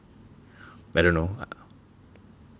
I don't know